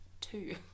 two